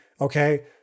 okay